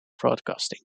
broadcasting